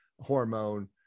hormone